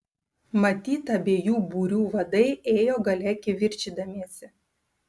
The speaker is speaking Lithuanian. matyt abiejų būrių vadai ėjo gale kivirčydamiesi